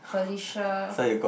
Felicia